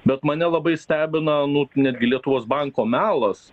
bet mane labai stebina nu netgi lietuvos banko melas